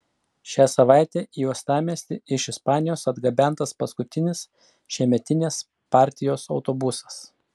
šią savaitę į uostamiestį iš ispanijos atgabentas paskutinis šiemetinės partijos autobusas